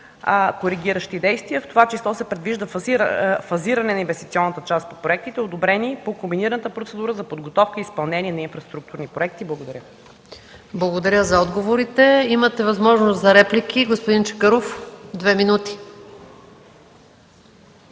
коригиращи действия. В това число се предвижда фазиране на инвестиционната част от проектите, одобрени по комбинираната процедура за подготовка и изпълнение на инфраструктурни проекти. Благодаря. ПРЕДСЕДАТЕЛ МАЯ МАНОЛОВА: Благодаря за отговорите. Имате възможност за реплики. Господин Чакъров – две минути.